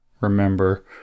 remember